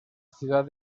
ciudad